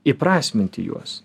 įprasminti juos